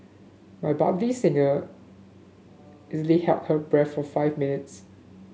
my budding singer easily held her breath for five minutes